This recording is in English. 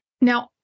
Now